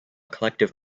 collective